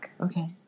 okay